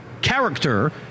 character